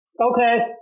Okay